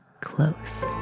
close